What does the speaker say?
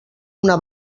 una